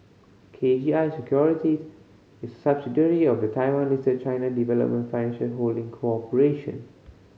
K G I Securities is a subsidiary of the Taiwan Listed China Development Financial Holding Corporation